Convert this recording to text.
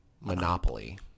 Monopoly